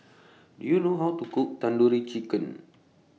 Do YOU know How to Cook Tandoori Chicken